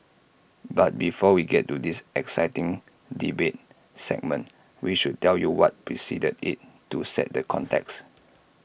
but before we get to this exciting debate segment we should tell you what preceded IT to set the context